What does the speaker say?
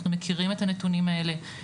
אנחנו מכירים את הנתונים האלה,